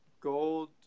Gold